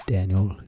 Daniel